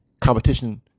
competition